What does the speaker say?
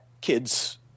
kids